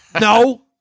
No